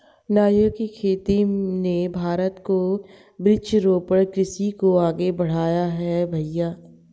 नारियल की खेती ने भारत को वृक्षारोपण कृषि को आगे बढ़ाया है भईया